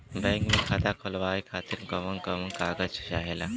Bank मे खाता खोलवावे खातिर कवन कवन कागज चाहेला?